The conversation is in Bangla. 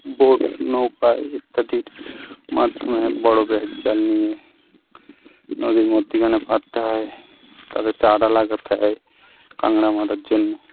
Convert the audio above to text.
বোট নৌকায় ইত্যাদির মাধ্যমে বড় ব্যাট জাল নিয়ে নদীর মধ্যিখানে পাততে হয় তাতে চারা লাগাতে হয় কাঁকড়া মারার জন্যে